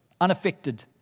unaffected